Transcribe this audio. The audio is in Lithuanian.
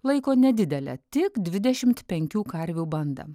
laiko nedidelę tik dvidešimt penkių karvių bandą